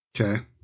Okay